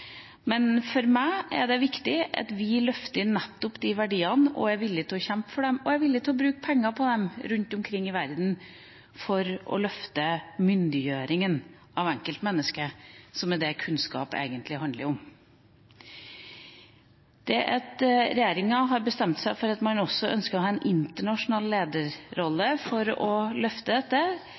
Men for meg er det viktig at vi løfter nettopp de verdiene, er villig til å kjempe for dem og er villig til å bruke penger på dem rundt omkring i verden for å løfte myndiggjøringa av enkeltmennesket, som er det kunnskap egentlig handler om. At regjeringa har bestemt seg for at man også ønsker å ha en internasjonal lederrolle for å løfte dette,